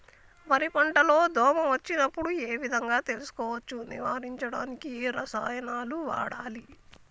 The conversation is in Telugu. వరి పంట లో దోమ వచ్చినప్పుడు ఏ విధంగా తెలుసుకోవచ్చు? నివారించడానికి ఏ రసాయనాలు వాడాలి?